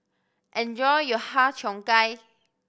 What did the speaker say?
enjoy your Har Cheong Gai